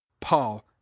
paul